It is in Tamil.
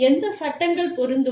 எந்த சட்டங்கள் பொருந்தும்